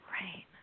Right